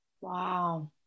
Wow